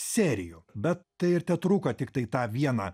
serijų bet tai ir tetruko tiktai tą vieną